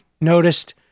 noticed